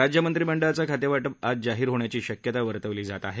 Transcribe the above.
राज्य मंत्रिमंडळाचं खातेवाटप आज जाहीर होण्याची शक्यता वर्तवली जात आहे